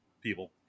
people